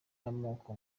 amoko